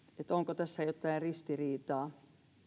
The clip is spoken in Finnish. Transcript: onko tässä jotain ristiriitaa